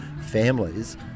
families